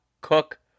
Cook